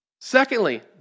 Secondly